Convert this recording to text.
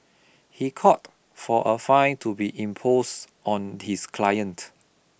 he called for a fine to be impose on his client